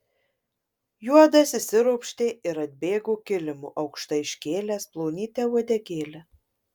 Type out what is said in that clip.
juodas išsiropštė ir atbėgo kilimu aukštai iškėlęs plonytę uodegėlę